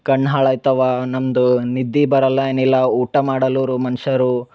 ಕಣ್ಣು ಹಾಳಾಯ್ತವೆ ನಮ್ಮದು ನಿದ್ದೆ ಬರಲ್ಲ ಏನಿಲ್ಲ ಊಟ ಮಾಡಲ್ಲರು ಮನ್ಷ್ಯರು